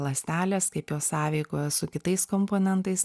ląstelės kaip jos sąveikauja su kitais komponentais